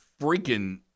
freaking